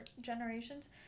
generations